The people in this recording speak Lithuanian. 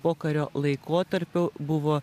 pokario laikotarpiu buvo